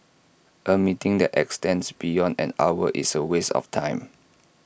A meeting that extends beyond an hour is A waste of time